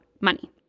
money